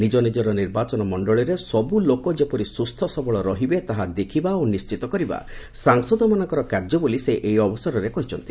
ନିଜ ନିଜର ନିର୍ବାଚନ ମଣ୍ଡଳୀରେ ସବୁ ଲୋକ ଯେପରି ସୁସ୍ଥସବଳ ରହିବେ ତାହା ଦେଖିବା ଓ ନିଶ୍ଚିତ କରିବା ସାଂସଦମାନଙ୍କର କାର୍ଯ୍ୟ ବୋଲି ସେ ଏହି ଅବସରରେ କହିଛନ୍ତି